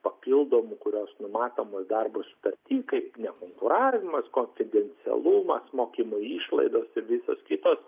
papildomų kurios numatomos darbo sutarty kaip nekonkuravimas konfidencialumas mokymo išlaidos ir visos kitos